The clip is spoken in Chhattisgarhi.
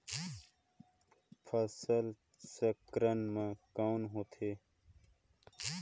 फसल चक्रण मा कौन होथे?